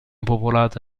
popolata